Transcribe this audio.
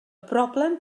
broblem